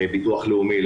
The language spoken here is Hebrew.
ביטוח לאומי,